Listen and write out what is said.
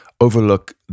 overlook